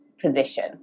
position